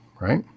right